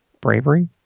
bravery